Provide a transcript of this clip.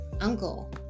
uncle